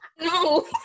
No